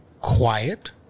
quiet